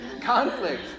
conflict